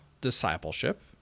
discipleship